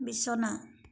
বিছনা